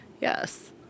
Yes